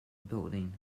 building